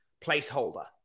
placeholder